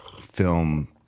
film